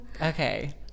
Okay